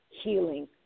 healing